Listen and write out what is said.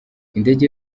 indege